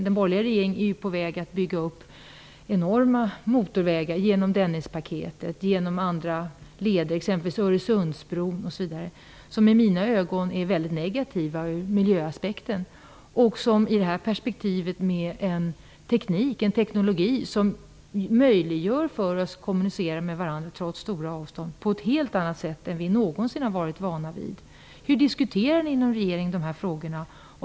Den borgerliga regeringen är ju på väg att bygga upp enorma motorleder, genom Dennispaketet och t.ex. Öresundsbron, som i mina ögon miljömässigt är mycket negativa. Samtidigt finns en teknologi som möjliggör för oss att kommunicera med varandra över stora avstånd på ett helt annat sätt än vi någonsin har varit vana vid. Hur diskuterar ni dessa frågor inom regeringen?